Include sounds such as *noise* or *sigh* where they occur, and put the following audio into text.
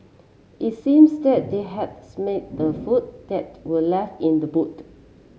it seems that they had *unintelligible* the food that were left in the boot